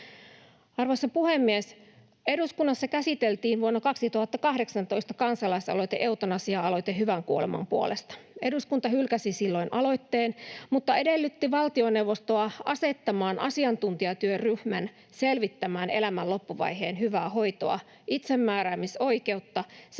Arvoisa puhemies! Eduskunnassa käsiteltiin vuonna 2018 kansalaisaloite ”Eutanasia-aloite hyvän kuoleman puolesta”. Eduskunta hylkäsi silloin aloitteen mutta edellytti valtioneuvostoa asettamaan asiantuntijatyöryhmän selvittämään elämän loppuvaiheen hyvää hoitoa, itsemääräämisoikeutta sekä